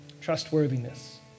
trustworthiness